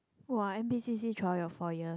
!wah! n_p_c_c throughout your four year